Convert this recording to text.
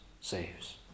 saves